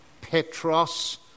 Petros